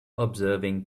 observing